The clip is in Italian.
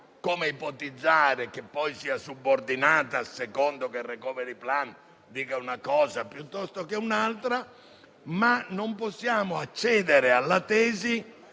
come ipotizzare che essa sia subordinata a seconda che il *recovery plan* dica una cosa piuttosto che un'altra. Non possiamo, però, accedere alla tesi